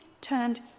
turned